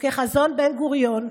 כחזון בן-גוריון: